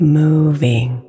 moving